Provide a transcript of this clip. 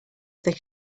other